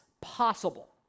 possible